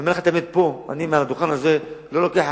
אני אומר לכם מעל הדוכן הזה: אני לא לוקח אחריות.